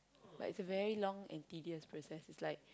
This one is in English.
but it's a very long and tedious process it's like